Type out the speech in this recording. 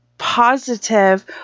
positive